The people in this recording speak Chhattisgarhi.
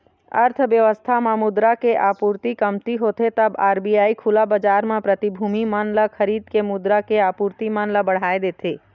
अर्थबेवस्था म मुद्रा के आपूरति कमती होथे तब आर.बी.आई खुला बजार म प्रतिभूति मन ल खरीद के मुद्रा के आपूरति मन ल बढ़ाय देथे